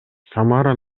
самара